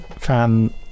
fan